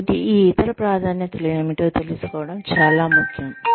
కాబట్టి ఈ ఇతర ప్రాధాన్యతలు ఏమిటో తెలుసుకోవడం చాలా ముఖ్యం